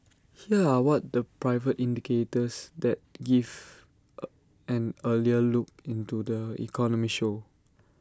here are what the private indicators that give A an earlier look into the economy show